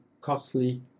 costly